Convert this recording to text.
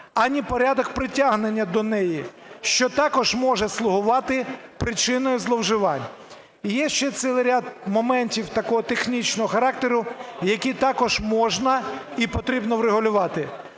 ані порядок притягнення до неї, що також може слугувати причиною зловживань. І є ще цілий ряд моментів такого технічного характеру, які також можна і потрібно врегулювати.